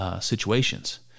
Situations